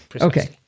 Okay